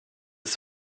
ist